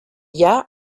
jahr